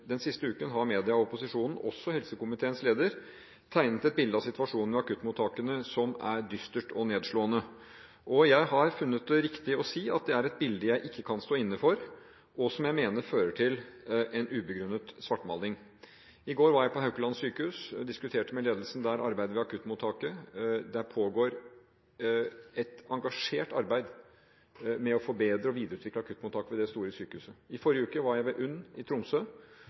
Den siste uken har media og opposisjonen – også helsekomiteens leder – tegnet et bilde av situasjonen ved akuttmottakene som er dystert og nedslående. Jeg har funnet det riktig å si at det er et bilde jeg ikke kan stå inne for, og som jeg mener fører til en ubegrunnet svartmaling. I går var jeg på Haukeland sykehus og diskuterte med ledelsen der arbeidet ved akuttmottaket. Det pågår et engasjert arbeid med å forbedre og videreutvikle akuttmottaket ved det store sykehuset. I forrige uke var jeg ved UNN i Tromsø,